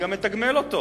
אני גם מתגמל אותו.